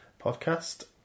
podcast